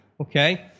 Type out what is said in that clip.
okay